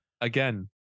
Again